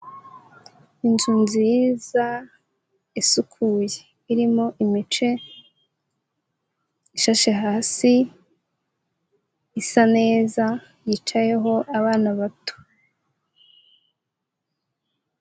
Inzu nziza isukuye, irimo imice ishashe hasi, isa neza, yicayeho abana bato.